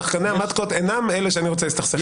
שחקני המטקות אינם אלה שאני רוצה להסתכסך איתם...